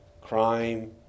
crime